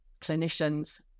clinicians